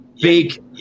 Big